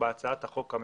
בהצעת החוק הממשלתית,